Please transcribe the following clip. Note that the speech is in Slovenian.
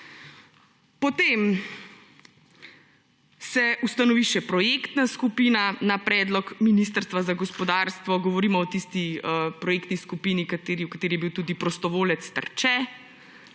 Potem se ustanovi še projektna skupina na predlog Ministrstva za gospodarstvo, govorimo o tisti projektni skupini, v kateri je bil tudi prostovoljec Terče.